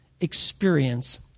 experience